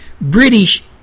British